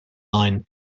line